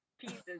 pieces